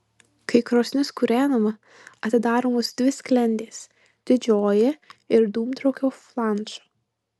kai krosnis kūrenama atidaromos dvi sklendės didžioji ir dūmtraukio flanšo